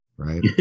right